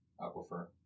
Aquifer